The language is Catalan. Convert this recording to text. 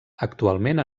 actualment